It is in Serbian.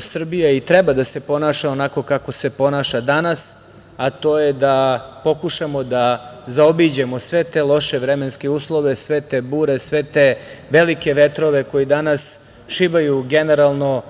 Srbija i treba da se ponaša onako kako se ponaša danas, a to je da pokušamo da zaobiđemo sve te loše vremenske uslove, sve te bure, sve te velike vetrove koji danas šibaju generalno